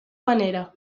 manera